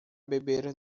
beber